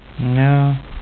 No